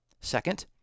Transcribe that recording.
Second